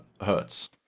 hertz